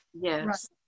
Yes